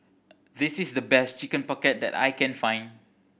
this is the best Chicken Pocket that I can find